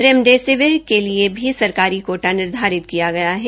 remdesivir के लिए भी सरकारी कोटा निर्धारित किया गया है